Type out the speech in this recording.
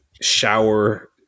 shower